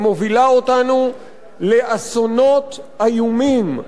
היא מובילה אותנו לאסונות איומים.